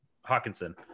Hawkinson